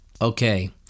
okay